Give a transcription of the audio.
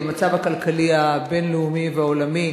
במצב הכלכלי הבין-לאומי והעולמי,